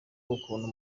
ukuntu